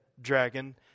dragon